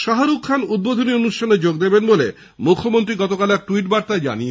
শাহরুখ খান উদ্বোধনী অনুষ্ঠানে যোগ দেবেন বলে মুখ্যমন্ত্রী গতকাল এক ট্যুইট বার্তায় জানিয়েছেন